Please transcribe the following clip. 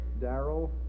Daryl